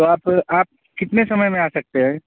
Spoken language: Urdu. تو آپ آپ کتنے سمے میں آ سکتے ہیں